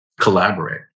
collaborate